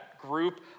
group